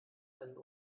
einen